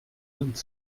vingt